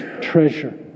treasure